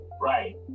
Right